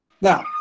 Now